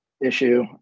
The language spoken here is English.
issue